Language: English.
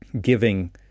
giving